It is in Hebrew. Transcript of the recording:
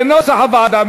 כנוסח הוועדה.